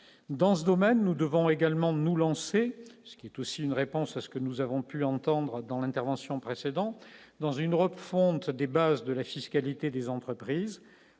dans ce domaine, nous devons également nous lancer ce qui est aussi une réponse à ce que nous avons pu entendre dans l'intervention précédente dans une refonte des bases de la fiscalité des entreprises,